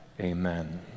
Amen